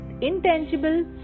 intangible